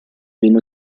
viene